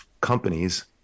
companies